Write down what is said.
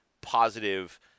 positive